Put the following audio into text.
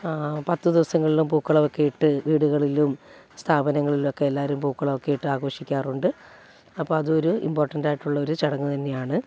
പത്ത് ദിവസങ്ങളിലും പൂക്കളമൊക്കെ ഇട്ട് വീടുകളിലും സ്ഥാപനങ്ങളിലൊക്കെ എല്ലാവരും പൂക്കളം ഒക്കെ ഇട്ട് ആഘോഷിക്കാറുണ്ട് അപ്പോൾ അതൊരു ഇമ്പോർട്ടൻ്റായിട്ടുള്ളൊരു ചടങ്ങ് തന്നെയാണ്